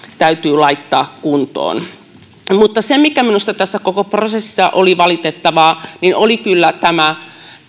täytyy laittaa kuntoon mutta se mikä minusta tässä koko prosessissa oli valitettavaa oli kyllä tämä